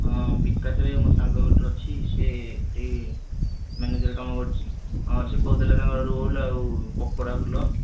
ହଁ ବିକାଶରେ ମୋ ସାଙ୍ଗ ଗୋଟେ ଅଛି ସେ ସେଠି ମ୍ୟାନେଜର୍ କାମ କରୁଛି ହଁ ସେ କହୁଥିଲା ତାଙ୍କର ରୋଲ୍ ଆଉ ପକୋଡ଼ା ଭଲ